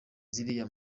ziriya